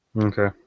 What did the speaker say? Okay